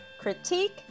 critique